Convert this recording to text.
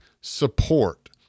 support